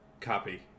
copy